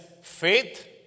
faith